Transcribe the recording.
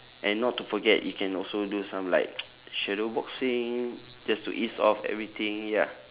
and not to forget you can also do some like shadow boxing just to ease off everything ya